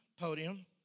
podium